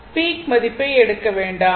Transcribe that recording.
R peak மதிப்பை எடுக்க வேண்டாம்